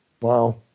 Wow